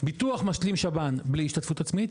ביטוח משלים שב"ן בלי השתתפות עצמי,